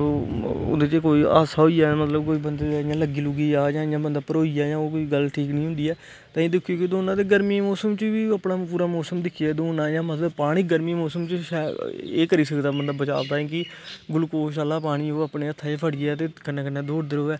ओह्दे च कोई हादसा होई जाए मतलब कोई बंदे दे इ'यां लग्गी लुग्गी जाऽ जां इ'यां बंदा भरोई जाऽ जां ओह् कोई गल्ल ठीक निं होंदी ऐ ते इ'यां दिक्खियै गै दौड़ना ते गर्मियें दे मौसम च बी अपना पूरा मौसम दिक्खियै दौड़ना इ'यां मतलब पानी गर्मियें दे मौसम च शैल एह् करी सकदा बंदा बचाव ताईं कि गुलकोश आह्ला पानी ओह् अपने हत्था च फड़ियै ते कन्नै कन्नै दौड़दा र'वै